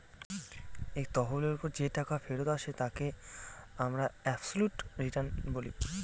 এক তহবিলের ওপর যে টাকা ফেরত আসে তাকে আমরা অবসোলুট রিটার্ন বলি